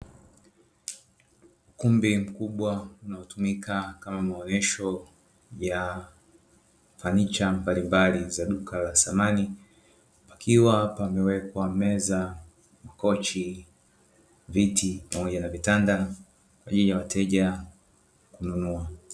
Ukumbi mkubwa unaotumika kama maonesho ya fanicha mbalimbali za duka la samani pakiwa pamewekwa meza, makochi, viti pamoja na vitanda kwa ajili ya wateja kununua.